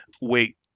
wait